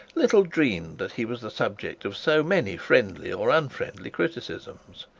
little dreamed that he was the subject of so many friendly or unfriendly criticisms.